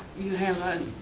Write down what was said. you have a,